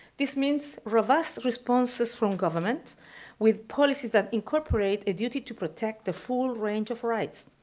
this means robust responses from governments with policies that incorporate a duty to protect the full range of rights,